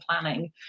planning